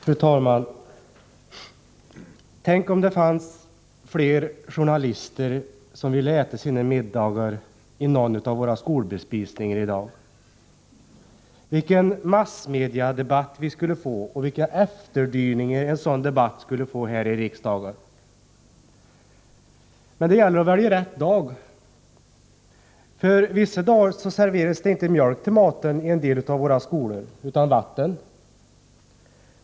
Fru talman! Tänk om det fanns fler journalister som ville äta sina middagar i någon av våra skolbespisningar i dag. Vilken massmediadebatt vi skulle få, och vilka efterdyningar en sådan debatt skulle få här i riksdagen. Men det gäller att välja rätt dag, för vissa dagar serveras det inte mjölk utan vatten till maten i en del av våra skolor.